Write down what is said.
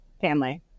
family